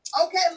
Okay